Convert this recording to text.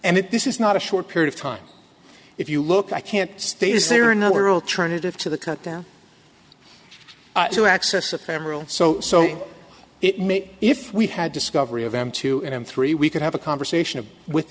and if this is not a short period of time if you look i can't stay is there another alternative to the cut down to access a camera so so it may if we had discovery of m two m three we could have a conversation with